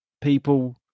people